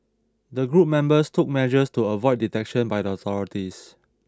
the group members took measures to avoid detection by the authorities